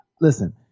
listen